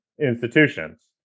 institutions